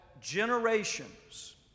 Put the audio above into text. generations